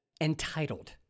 Entitled